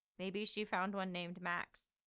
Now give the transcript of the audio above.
maybe she found one named max.